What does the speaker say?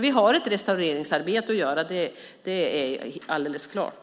Vi har ett restaureringsarbete att göra; det är alldeles klart.